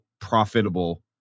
profitable